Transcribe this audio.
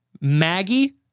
Maggie